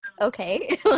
okay